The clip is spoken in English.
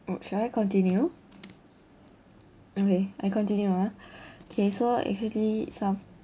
oh should I continue okay I continue ah okay so actually some